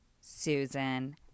Susan